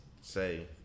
Say